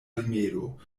rimedo